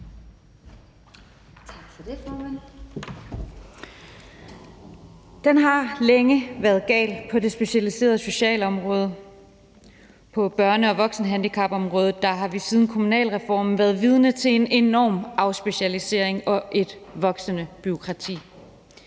Den har længe været gal på det specialiserede socialområde. På børne- og voksenhandicapområdet har vi siden kommunalreformen været vidne til en enorm afspecialisering og et voksende bureaukrati.